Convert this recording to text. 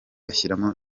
ashyiramo